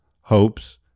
hopes